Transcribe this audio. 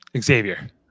Xavier